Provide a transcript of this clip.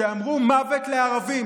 שאמרו "מוות לערבים",